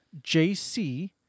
JC